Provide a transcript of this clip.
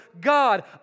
God